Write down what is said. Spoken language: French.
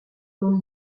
mon